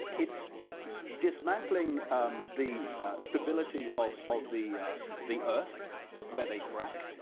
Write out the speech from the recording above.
its dismantling the stability of of the the earth where they frack,